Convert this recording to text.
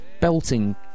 belting